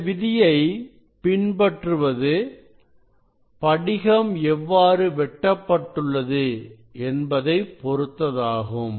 இந்த விதியை பின்பற்றுவது படிகம் எவ்வாறு வெட்டப்பட்டுள்ளது என்பதைப் பொருத்ததாகும்